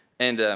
and